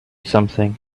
something